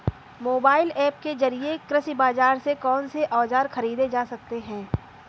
Mobile app के जरिए कृषि बाजार से कौन से औजार ख़रीदे जा सकते हैं?